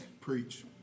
preach